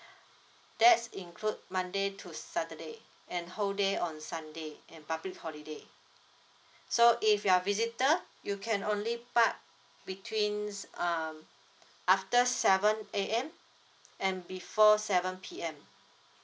that's include monday to saturday and whole day on sunday and public holiday so if you are visitor you can only park between um after seven A_M and before seven P_M